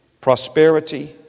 prosperity